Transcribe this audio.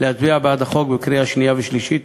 ולהצביע בעד הצעת החוק בקריאה שנייה ושלישית.